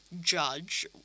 judge